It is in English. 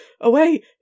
away